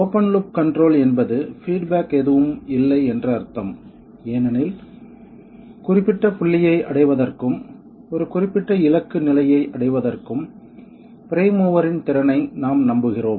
open loop control என்பது feedback எதுவும் இல்லை என்று அர்த்தம் ஏனெனில் குறிப்பிட்ட புள்ளியை அடைவதற்கும் ஒரு குறிப்பிட்ட இலக்கு நிலையை அடைவதற்கும் பிரைம் மூவரின் திறனை நாம் நம்புகிறோம்